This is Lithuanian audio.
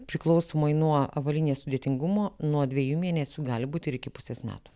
priklausomai nuo avalynės sudėtingumo nuo dviejų mėnesių gali būti ir iki pusės metų